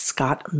Scott